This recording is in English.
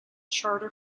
charter